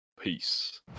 peace